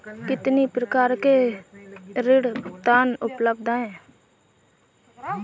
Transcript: कितनी प्रकार के ऋण भुगतान उपलब्ध हैं?